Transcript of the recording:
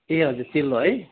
ए हजुर चिल्लो है